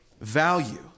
value